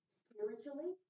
spiritually